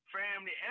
family